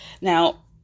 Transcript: Now